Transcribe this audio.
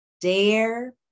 dare